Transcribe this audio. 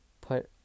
put